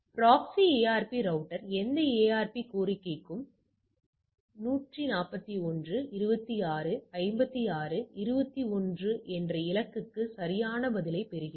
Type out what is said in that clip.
proxy ARP router எந்த ARP கோரிக்கைக்கும் 141 26 56 21என்ற இலக்குக்கு சரியான பதிலைப் பெறுகிறது